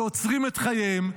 שעוצרים את חייהם,